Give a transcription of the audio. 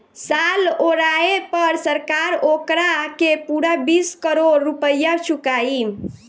साल ओराये पर सरकार ओकारा के पूरा बीस करोड़ रुपइया चुकाई